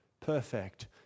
perfect